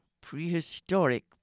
prehistoric